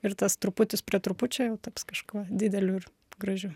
ir tas truputis prie trupučio jau taps kažkuo dideliu ir gražiu